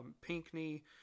Pinckney